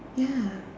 ya